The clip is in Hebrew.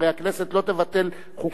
הרי הכנסת לא תבטל חוקים,